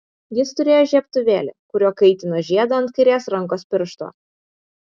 jis turėjo žiebtuvėlį kuriuo kaitino žiedą ant kairės rankos piršto